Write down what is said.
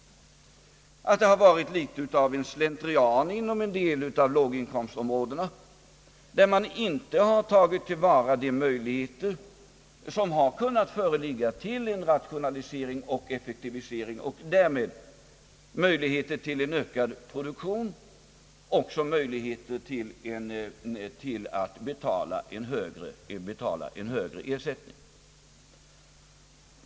Det har varit litet av slentrian inom en del av låginkomstområdena, där man inte har tagit till vara de möjligheter som kunnat föreligga för rationalisering och effektivisering, möjligheter till ökad produktion och till att därigenom kunna betala en högre ersättning.